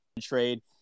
trade